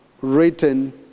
written